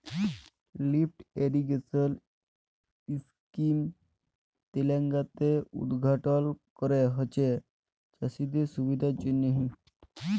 lift irrigation scheme তেলেঙ্গালাতে উদঘাটল ক্যরা হঁয়েছে চাষীদের সুবিধার জ্যনহে